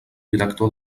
director